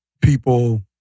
People